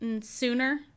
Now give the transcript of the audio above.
sooner